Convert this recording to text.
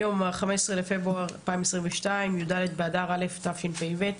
היום ה-15 בפברואר 2022, י"ד באדר א' התשפ"ב.